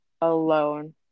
alone